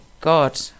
god